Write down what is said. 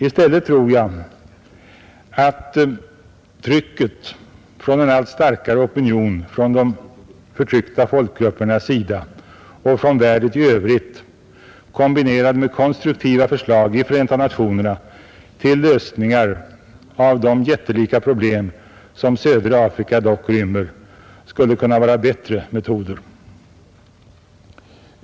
I stället tror jag att trycket från en allt starkare opinion från de förtryckta folkgruppernas sida och från världen i övrigt, kombinerat med konstruktiva förslag i Förenta nationerna till lösningar av de jättelika problem som södra Afrika dock rymmer, skulle vara bättre metoder.